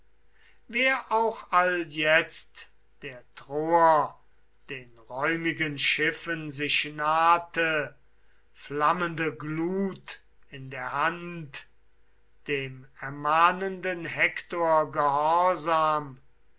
wer auch alljetzt der troer den räumigen schiffen sich nahte flammende glut in der hand dem ermahnenden hektor